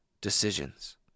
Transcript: decisions